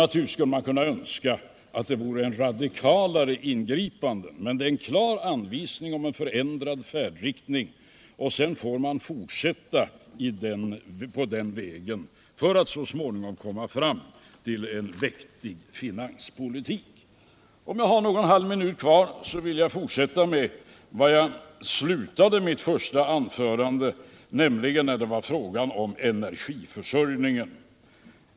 Naturligtvis skulle man kunna önska ett mer radikalt ingripande, men vårt förslag innebär en klar anvisning om en förändrad färdriktning. Sedan får man fortsätta på den vägen för att så småningom komma fram till en vettig finanspolitik. Om jag har någon halvminut kvar vill jag fortsätta där jag slutade mitt första anförande, nämligen med frågan om energiförsörjningen.